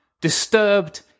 disturbed